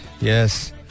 yes